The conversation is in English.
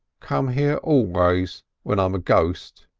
come here always when i'm a ghost,